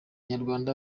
nyarwanda